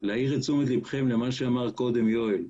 להעיר את תשומת לבכם למה שאמר קודם יואל.